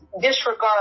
disregard